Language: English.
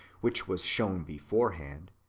which was shown beforehand,